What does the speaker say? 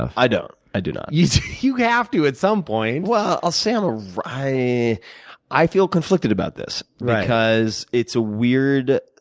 ah i don't. i do not. you you have to at some point. well, i'll say i'm a writer. i i feel conflicted about this because it's weird